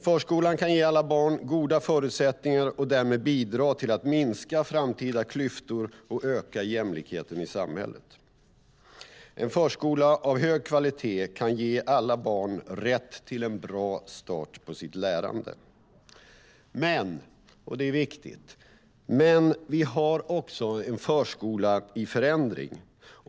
Förskolan kan ge alla barn goda förutsättningar och därmed bidra till att minska framtida klyftor och öka jämlikheten i samhället. En förskola av hög kvalitet kan ge alla barn rätt till en bra start på sitt lärande. Vi har dock också - och detta är viktigt - en förskola i förändring.